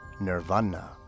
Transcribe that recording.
nirvana